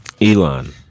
Elon